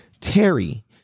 Terry